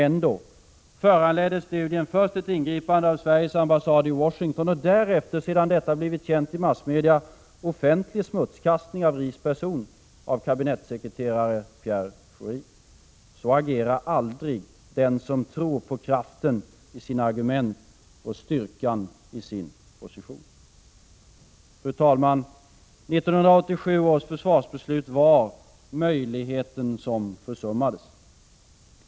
Ändå föranledde studien först ett ingripande av Sveriges ambassad i Washington och därefter, sedan detta blivit känt, offentlig smutskastning i massmedia av Ries person av kabinettssekreterare Pierre Schori. Så agerar aldrig den som tror på kraften i sina argument och styrkan i sin position. Fru talman! 1987 års försvarsbeslut var möjligheten som försummades.